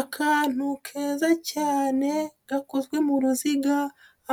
Akantu keza cyane gakozwe mu ruziga,